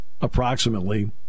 approximately